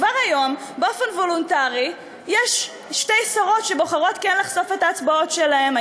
כבר היום באופן וולונטרי יש שתי שרות שבוחרות כן לחשוף את ההצבעות שלהן,